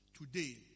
today